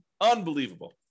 Unbelievable